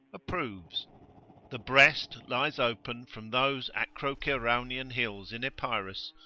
approves the breast lies open from those acroceraunian hills in epirus,